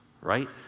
right